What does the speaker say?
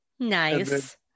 nice